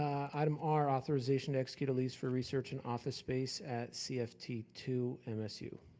item r, authorization execute a lease for research in office space, at c f t two, msu.